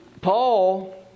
Paul